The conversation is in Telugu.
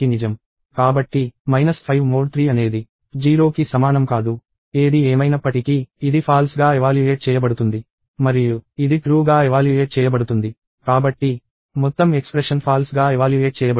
కాబట్టి మైనస్ 5 మోడ్ 3 అనేది 0కి సమానం కాదు ఏది ఏమైనప్పటికీ ఇది ఫాల్స్ గా ఎవాల్యుయేట్ చేయబడుతుంది మరియు ఇది ట్రూ గా ఎవాల్యుయేట్ చేయబడుతుంది కాబట్టి మొత్తం ఎక్స్ప్రెషన్ ఫాల్స్ గా ఎవాల్యుయేట్ చేయబడుతుంది